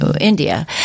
India